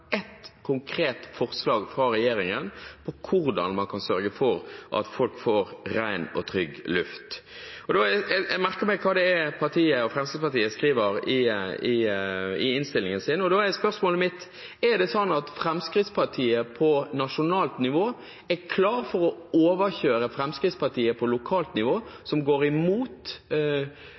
ett konkret forslag fra regjeringen om hvordan man kan sørge for at folk får ren og trygg luft. Jeg har merket meg hva Fremskrittspartiet skriver i innstillingen, og da er spørsmålet mitt: Er det slik at Fremskrittspartiet på nasjonalt nivå er klar for å overkjøre Fremskrittspartiet på lokalt